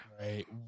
right